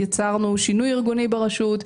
יצרנו שינוי ארגוני ברשות,